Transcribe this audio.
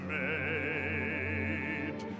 made